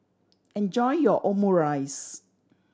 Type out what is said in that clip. enjoy your Omurice